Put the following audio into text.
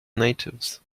natives